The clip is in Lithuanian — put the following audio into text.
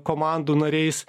komandų nariais